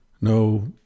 no